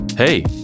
Hey